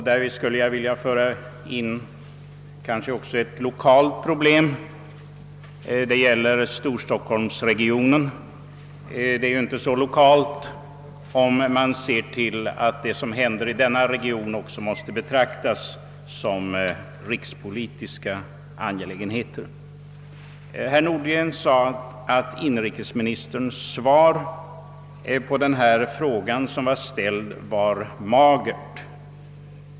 Därvid skulle jag också vilja beröra ett lokalt problem som gäller storstockholmsregionen — det är egentligen inte lokalt, ef lersom det som händer i denna region också måste betraktas som rikspolitiskt. Herr Nordgren sade att inrikesministerns svar på interpellationen var magert.